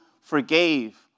forgave